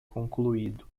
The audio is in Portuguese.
concluído